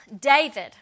David